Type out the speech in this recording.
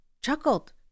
chuckled